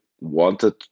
wanted